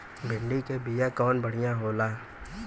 भिंडी के बिया कवन बढ़ियां होला?